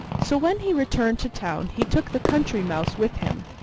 so when he returned to town he took the country mouse with him,